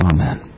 Amen